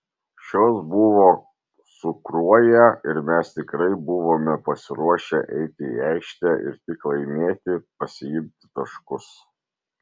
šios buvo su kruoja ir mes tikrai buvome pasiruošę eiti į aikštę ir tik laimėti pasiimti taškus